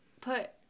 put